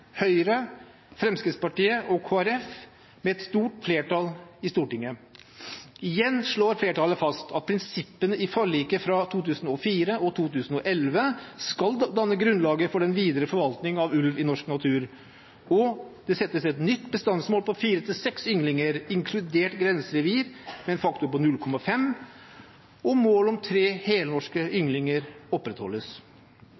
Høyre, Fremskrittspartiet og Kristelig Folkeparti med et stort flertall i Stortinget. Igjen slår flertallet fast at prinsippene i forliket fra 2004 og 2011 skal danne grunnlaget for den videre forvaltning av ulv i norsk natur, og det settes et nytt bestandsmål på fire–seks ynglinger, inkludert grenserevir med en faktor på 0,5, og målet om tre helnorske